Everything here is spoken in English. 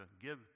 give